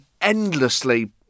endlessly